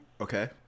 Okay